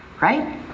right